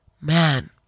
man